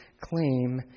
claim